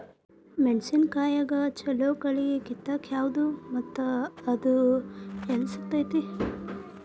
ಮೆಣಸಿನಕಾಯಿಗ ಛಲೋ ಕಳಿ ಕಿತ್ತಾಕ್ ಯಾವ್ದು ಮತ್ತ ಅದ ಎಲ್ಲಿ ಸಿಗ್ತೆತಿ?